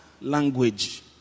language